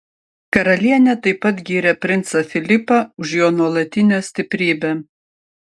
karalienė taip pat gyrė princą filipą už jo nuolatinę stiprybę